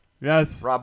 Yes